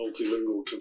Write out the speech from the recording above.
multilingual